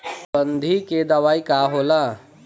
गंधी के दवाई का होला?